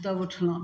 तब उठलहुँ